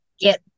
get